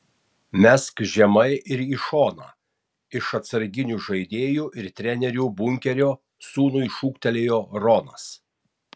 mesk žemai ir į šoną iš atsarginių žaidėjų ir trenerių bunkerio sūnui šūktelėjo ronas